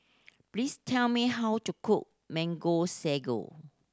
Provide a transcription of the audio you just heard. please tell me how to cook Mango Sago